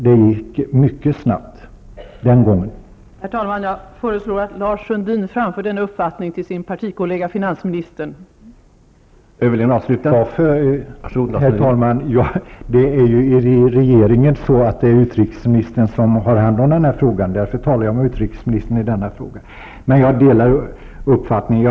Det gick mycket snabbt den gången.